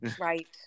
Right